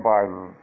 Biden